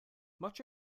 much